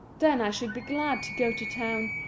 then i should be glad to go to town.